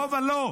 לא ולא.